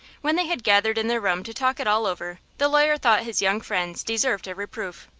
when they had gathered in their room to talk it all over the lawyer thought his young friends deserved a reproof.